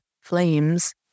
flames